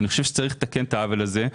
אני חושב שצריך לתקן את העוול הזה.